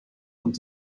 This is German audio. und